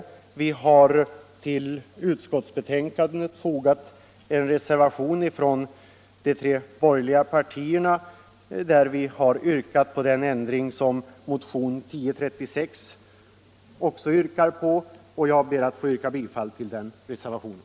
De tre borgerliga partiernas representanter i utskottet har vid betänkandet fogat en reservation där vi hemställer att riksdagen bifaller det förslag till lagändring som framförs i motionen 1036, och jag ber att få yrka bifall till den reservationen.